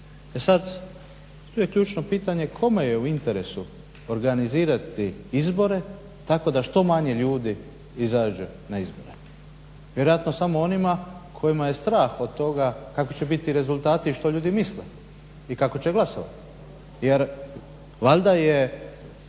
E sada tu je ključno pitanje kome je u interesu organizirati izbore tako da što manje ljudi izađe na izbore? Vjerojatno samo onima kojih je strah od toga kakvi će biti rezultati i što ljudi misle i kako će glasovati. Jer valjda je